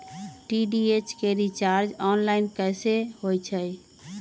DTH के recharge online कैसे होईछई?